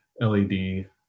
LED